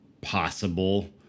possible